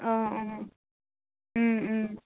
অঁ অঁ